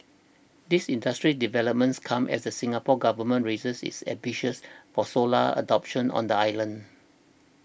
these industry developments come as the Singapore Government raises its ambitions for solar adoption on the island